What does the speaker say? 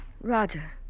Roger